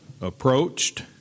approached